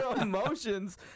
emotions